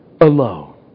alone